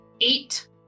eight